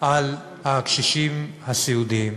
על הקשישים הסיעודיים.